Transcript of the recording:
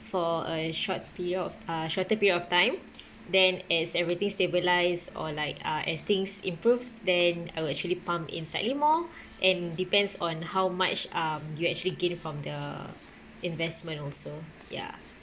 for a short period of uh shorter period of time then as everything stabilised or like uh as things improved then I will actually pump in slightly more and depends on how much um you actually gain from the investment also ya